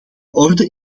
orde